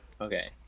Okay